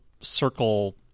circle